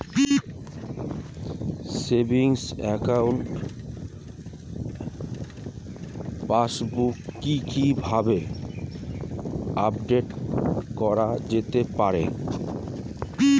Savings একাউন্টের passbook কি কিভাবে আপডেট করা যেতে পারে?